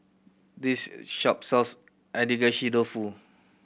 this shop sells Agedashi Dofu